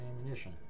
ammunition